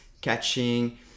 catching